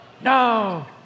No